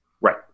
Right